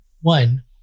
one